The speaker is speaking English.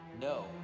No